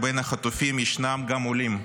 ובין החטופים ישנם גם עולים,